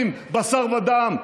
אלו אנשים בשר ודם,